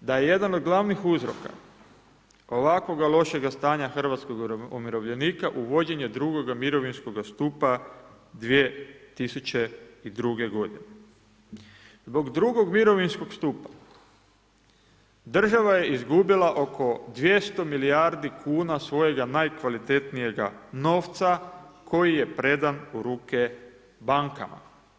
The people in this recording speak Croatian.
da je jedan od gl. uzroka ovakvoga lošega stanja hrvatskog umirovljenika uvođenje 2. mirovinskoga stupa 2002.g. Zbog 2. mirovinskog stupa, država je izgubila oko 200 milijardi kn, svojega najkvalitetnijega novca, koji je predan u ruke bankama.